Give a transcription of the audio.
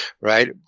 right